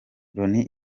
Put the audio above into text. loni